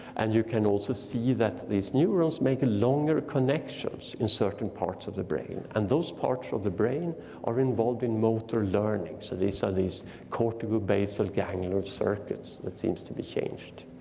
and you can also see that these neurons make longer connections in certain parts of the brain and those parts of the brain are involved in motor learning so these are these cortico-basal ganglia circuits that seems to be changed.